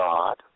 God